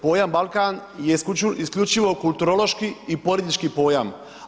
Pojam Balkan je isključivo kulturološki i politički pojam.